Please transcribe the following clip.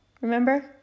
Remember